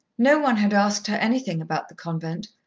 no one had asked her anything about the convent,